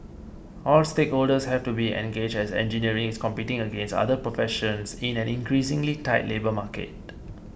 all stakeholders have to be engaged as engineering is competing against other professions in an increasingly tight labour market